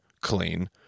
clean